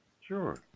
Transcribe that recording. Sure